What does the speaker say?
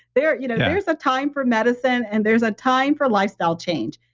there's you know there's a time for medicine and there's a time for lifestyle change.